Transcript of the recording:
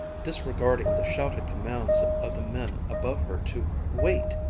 disregarding the shouted commands of the men above her to wait!